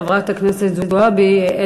חברת הכנסת זועבי.